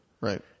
Right